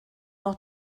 noch